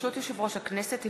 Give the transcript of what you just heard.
ברשות יושב-ראש הכנסת,